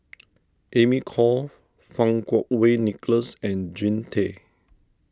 Amy Khor Fang Kuo Wei Nicholas and Jean Tay